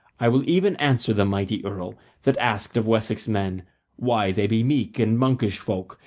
i will even answer the mighty earl that asked of wessex men why they be meek and monkish folk,